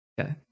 Okay